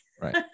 Right